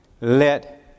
let